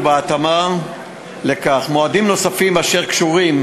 ובהתאמה לכך מועדים נוספים אשר קשורים,